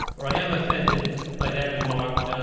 or i am offended by that remark.